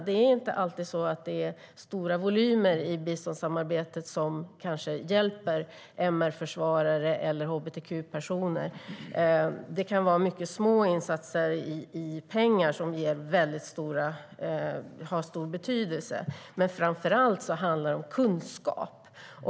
Det är inte alltid så att det är stora volymer i biståndssamarbetet som hjälper MR-försvarare, utan det kan vara mycket små insatser i pengar som har väldigt stor betydelse. Framför allt handlar det dock om kunskap.